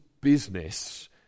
business